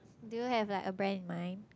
do you have like a brand in mind